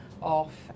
off